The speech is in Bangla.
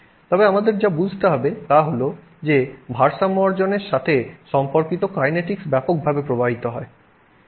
তবে আমাদের যা বুঝতে হবে তা হল যে ভারসাম্য অর্জনের সাথে সম্পর্কিত কাইনেটিকস ব্যাপকভাবে প্রভাবিত হয়